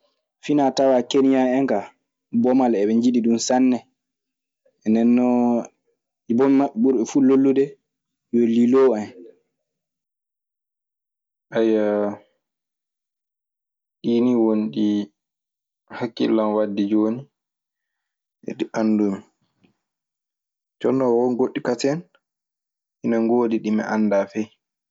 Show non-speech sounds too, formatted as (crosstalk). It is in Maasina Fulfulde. Finaa tawaa Kenya en kaa, bomal eɓe njiɗi ɗun sanne. Nden non bomi maɓɓe ɓurɓe fuu lollude yo liloo en. (hesitation) ɗii nii ɗoni ɗi hakkillan anndi jooni e ɗi anndumi. Jonnon won gooɗɗi kasen ine ngoodi ɗi mi anndaa fey.